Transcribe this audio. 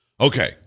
Okay